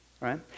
right